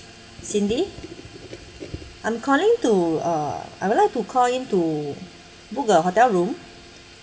cindy I'm calling to uh I would like to call in to book a hotel room